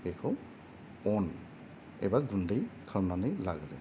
बेखौ अन एबा गुन्दै खालामनानै लाग्रोयो